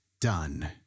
done